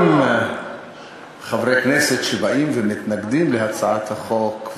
גם חברי כנסת שבאים ומתנגדים להצעת החוק,